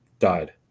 Died